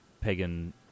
pagan